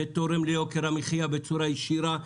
זה תורם ליוקר המחיה בצורה ישירה.